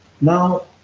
Now